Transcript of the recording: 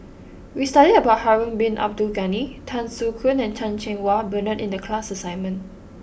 we studied about Harun bin Abdul Ghani Tan Soo Khoon and Chan Cheng Wah Bernard in the class assignment